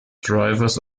drivers